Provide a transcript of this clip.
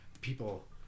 people